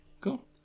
Cool